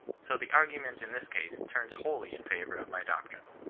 so the argument in this case turns wholly in favour of my doctrine.